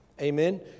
Amen